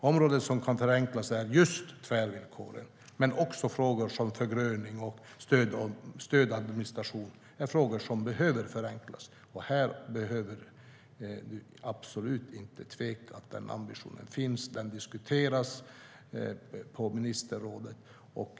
Områden som kan förenklas är just tvärvillkoren, men också frågor om förgröning och så vidare behöver förenklas. Här behöver du absolut inte tvivla på att den ambitionen finns, och den diskuteras på ministerrådet.